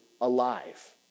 alive